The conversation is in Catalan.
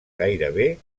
gairebé